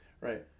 right